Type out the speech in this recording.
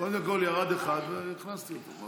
קודם כול ירד אחד, והכנסתי אותו.